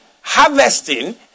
harvesting